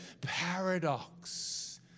Paradox